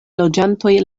loĝantoj